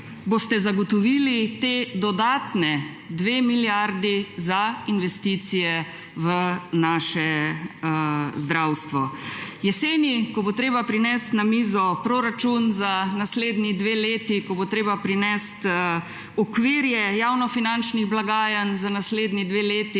boste zagotovili ti dodatni 2 milijardi za investicije v naše zdravstvo. Jeseni, ko bo treba prinesti na mizo proračun za naslednji dve leti, ko bo treba prinesti okvire javnofinančnih blagajn za naslednji dve leti,